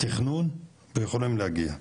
תכנון ויכולים להגיע.